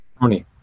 Tony